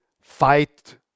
fight